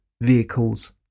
vehicles